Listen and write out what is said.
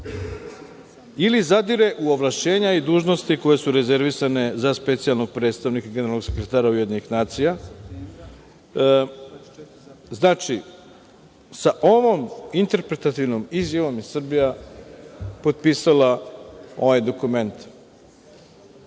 ili zadire u ovlašćenja i dužnosti koje su rezervisane za specijalnog predstavnika Generalnog sekretara UN.Znači, sa ovom interpretativnom izjavom je Srbija potpisala ovaj dokument.